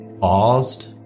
paused